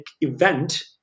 event